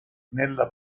nella